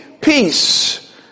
Peace